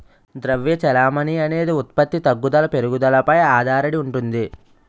ద్రవ్య చెలామణి అనేది ఉత్పత్తి తగ్గుదల పెరుగుదలపై ఆధారడి ఉంటుంది